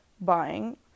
buying